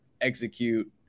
execute